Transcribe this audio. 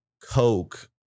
coke